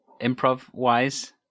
improv-wise